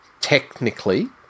technically